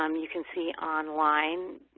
um you can see online,